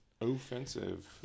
Offensive